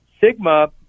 Sigma